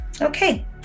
Okay